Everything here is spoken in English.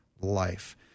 life